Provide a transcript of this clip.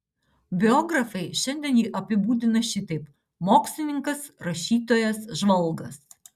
biografai šiandien jį apibūdina šitaip mokslininkas rašytojas žvalgas